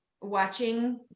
watching